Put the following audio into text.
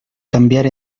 cambiar